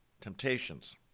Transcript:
temptations